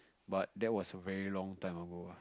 but that was a very long time ago ah